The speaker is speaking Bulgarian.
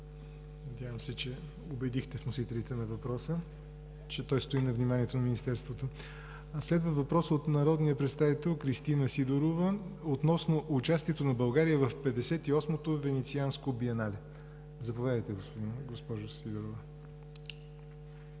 Надявам се убедихте вносителите на въпроса, че той стои на вниманието на Министерството. Следва въпрос от народния представител Кристина Сидорова относно участието на България в 58-то Венецианско биенале. Заповядайте, госпожо Сидорова.